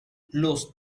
los